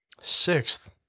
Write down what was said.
Sixth